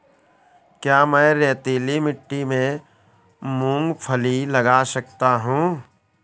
क्या मैं रेतीली मिट्टी में मूँगफली लगा सकता हूँ?